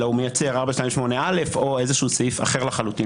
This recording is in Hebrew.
אלא הוא מייצר 428(א) או איזשהו סעיף אחר לחלוטין.